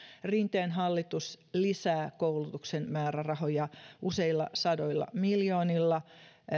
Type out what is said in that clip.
rinteen hallitus lisää koulutuksen määrärahoja useilla sadoilla miljoonilla